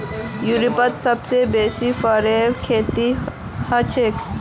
यूरोपत सबसे बेसी फरेर खेती हछेक